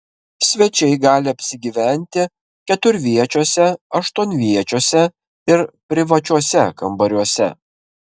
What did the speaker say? svečiai gali apsigyventi keturviečiuose aštuonviečiuose ir privačiuose kambariuose